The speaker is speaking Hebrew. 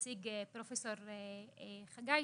כ"ג באייר התשפ"ב,